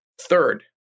Third